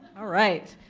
all right.